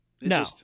No